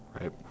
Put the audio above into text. Right